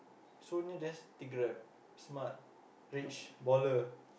so near just take Grab smart rich baller